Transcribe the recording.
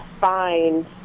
find